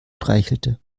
streichelte